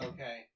Okay